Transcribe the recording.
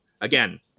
Again